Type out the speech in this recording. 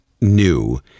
new